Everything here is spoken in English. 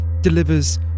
delivers